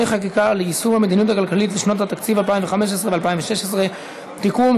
חקיקה ליישום המדיניות הכלכלית לשנות התקציב 2015 ו-2016) (תיקון,